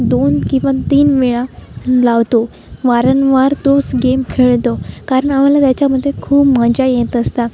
दोन किंवा तीन वेळा लावतो वारंवार तोच गेम खेळतो कारण आम्हाला त्याच्यामध्ये खूप मजा येत असते